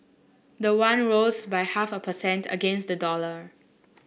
the won rose by half a per cent against the dollar